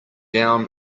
down